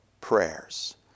prayers